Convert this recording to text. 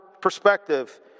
perspective